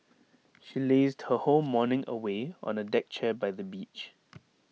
she lazed her whole morning away on A deck chair by the beach